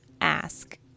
ask